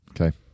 Okay